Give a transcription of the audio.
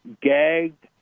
gagged